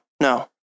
no